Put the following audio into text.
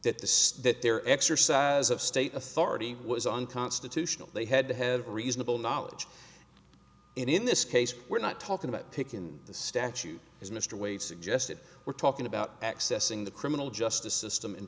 that the state their exercise of state authority was unconstitutional they had to have reasonable knowledge in this case we're not talking about taking the statute as mr wade suggested we're talking about accessing the criminal justice system in